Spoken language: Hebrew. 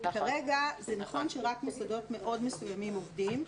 כרגע נכון שרק מוסדות מסוימים מאוד עובדים,